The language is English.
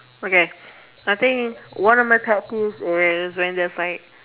okay I think one of my pet peeves is when there's like